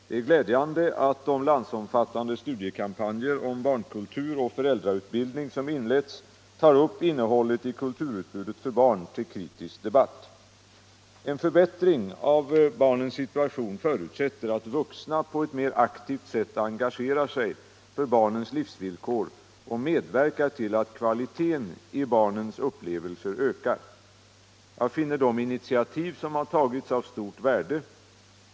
Det är glädjande att de landsomfattande studiekampanjer om barnkultur och föräldrautbildning som inletts tar upp innehållet i kulturutbudet för barn till kritisk debatt. En förbättring av barnens situation förutsätter att vuxna på ett mer aktivt sätt engagerar sig i barnens livsvillkor och medverkar till att kvaliteten i barnens upplevelser ökar. Jag finner de initiativ som tagits av stort värde.